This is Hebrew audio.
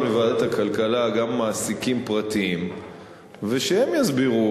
לוועדת הכלכלה גם מעסיקים פרטיים ושהם יסבירו,